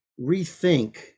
rethink